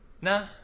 Nah